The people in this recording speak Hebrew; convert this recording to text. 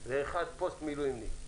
ואחד פוסט-מילואימניק: